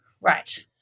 right